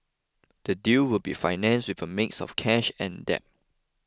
the deal will be financed with a mix of cash and debt